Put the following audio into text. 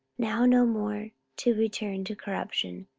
now no more to return to corruption,